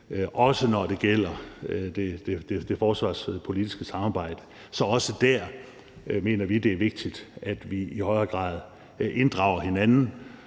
også når det gælder det forsvarspolitiske samarbejde. Så også der mener vi det er vigtigt, at vi i højere grad inddrager hinanden.